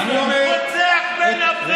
רוצח בן עוולה.